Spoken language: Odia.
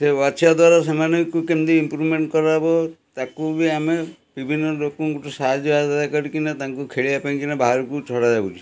ସେ ବାଛିବା ଦ୍ଵାରା ସେମାନଙ୍କୁ କେମିତି ଇମ୍ପୃଭମେଣ୍ଟ କରାହବ ତାକୁ ବି ଆମେ ବିଭିନ୍ନ ଲୋକଙ୍କଠୁ ସାହାଯ୍ୟ ଆଦାୟ କରିକିନା ତାଙ୍କୁ ଖେଳିବା ପାଇଁକିନା ବାହାରକୁ ଛଡ଼ା ଯାଉଛି